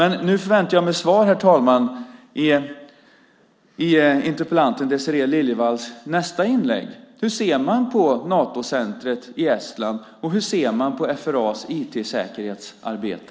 Nu förväntar jag mig svar, herr talman, i interpellanten Désirée Liljevalls nästa inlägg. Hur ser man på Natocentret i Estland, och hur ser man på FRA:s IT-säkerhetsarbete?